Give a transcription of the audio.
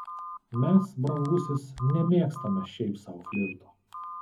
mes brangusis nemėgstame šiaip sau flirto